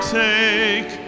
take